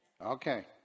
Okay